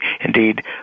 indeed